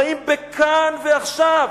חיים ב"כאן ועכשיו".